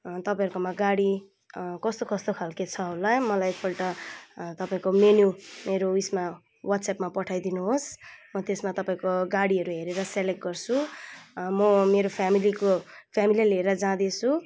तपाईँकोमा गाडी कस्तो कस्तो खालके छ होला मलाई एकपल्ट तपाईँको मेन्यु मेरो उइसमा वाट्सएपमा पठाइदिनु होस् त्यसमा तपाईँको गाडीहरू हेरेर सेलेक्ट गर्छु म मेरो फ्यामिलीको फ्यामिलीलाई लिएर जाँदैछु